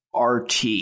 RT